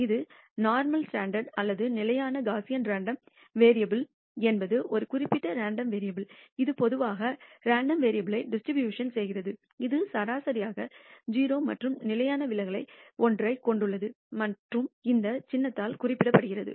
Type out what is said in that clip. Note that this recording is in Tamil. ஒரு ஸ்டாண்டர்ட் நோர்மல் அல்லது நிலையான காஸியன் ரேண்டம் வேரியபுல் என்பது ஒரு குறிப்பிட்ட ரேண்டம் வேரியபுல் இது பொதுவாக ரேண்டம் வேரியபுல்ஐ டிஸ்ட்ரிபியூஷன் செய்கிறது இது சராசரி 0 மற்றும் நிலையான விலகல் ஒன்றைக் கொண்டுள்ளது மற்றும் இந்த சின்னத்தால் குறிக்கப்படுகிறது